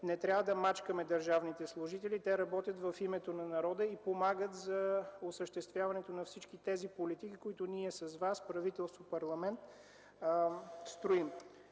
не трябва да мачкаме държавните служители. Те работят в името на народа и помагат за осъществяването на всички тези политики, които всички ние с Вас, правителство, парламент строим.